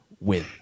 Win